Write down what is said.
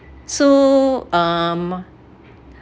so um